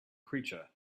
creature